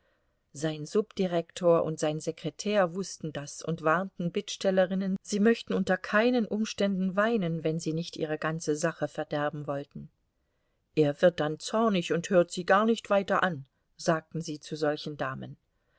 sein subdirektor und sein sekretär wußten das und warnten bittstellerinnen sie möchten unter keinen umständen weinen wenn sie nicht ihre ganze sache verderben wollten er wird dann zornig und hört sie gar nicht weiter an sagten sie zu solchen damen